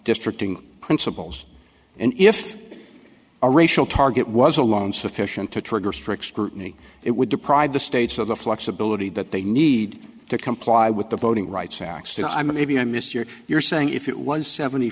destructing principles and if a racial target was alone sufficient to trigger strict scrutiny it would deprive the states of the flexibility that they need to comply with the voting rights act still i mean maybe i missed your you're saying if it was seventy